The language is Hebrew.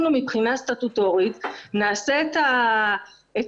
אנחנו מבחינה סטטוטורית נעשה את ההליך